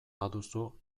baduzu